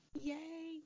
Yay